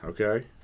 okay